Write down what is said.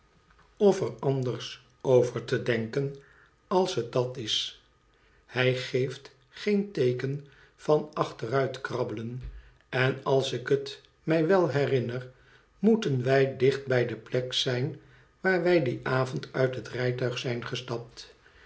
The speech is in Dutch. er anders over te denken als het dat is hij geeft geen teeken van achteruitkrabbelen en als ik het mij wel herinner moeten wij dicht bij de plek zijn waar wij dien avond uit het rijtuig zijn gestapt